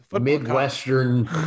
midwestern